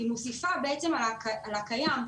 היא מוסיפה על הקיים.